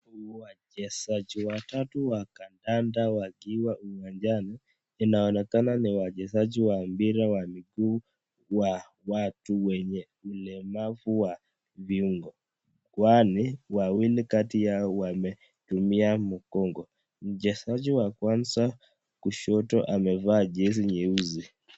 Wachezaji watatu wa kandanda wakiwa uwanjani. Inaonekana ni wachezaji wa mpira wa miguu wa watu wenye ulemavu wa viungo. Wale, wawili kati yao wametumia magongo. Mchezaji wa kwanza kushoto amevaa jezi nyeusi.